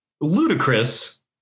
ludicrous